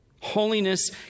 Holiness